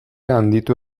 handitu